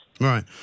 Right